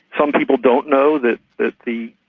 some people don't know that that the.